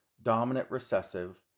dominant recessive,